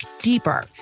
deeper